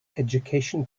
education